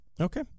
Okay